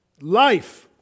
Life